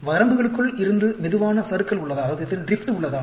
வரம்புகளுக்குள் இருந்து மெதுவான சறுக்கல் உள்ளதா